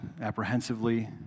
apprehensively